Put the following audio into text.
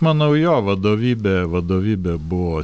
manau jo vadovybė vadovybė buvo